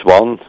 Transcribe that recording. one